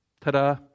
Ta-da